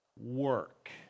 work